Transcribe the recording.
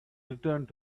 returned